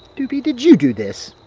doopey, did you do this?